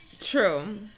True